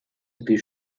wie